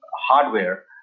hardware